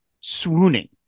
swooning